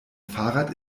fahrrad